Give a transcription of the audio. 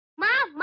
my